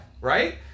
Right